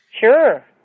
Sure